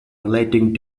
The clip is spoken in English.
relating